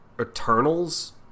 eternals